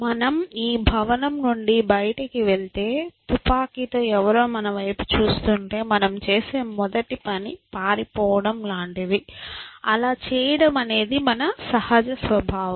మనం ఈ భవనం నుండి బయటికి వెళ్తే తుపాకీతో ఎవరో మన వైపు చూస్తుంటే మనం చేసే మొదటి పని పారిపోవటం లాంటిది ఆలా చేయడం అనేది మన సహజ స్వభావం